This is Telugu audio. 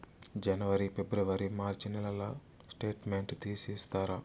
జనవరి, ఫిబ్రవరి, మార్చ్ నెలల స్టేట్మెంట్ తీసి ఇస్తారా?